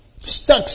stuck